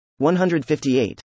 158